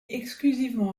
exclusivement